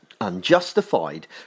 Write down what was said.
unjustified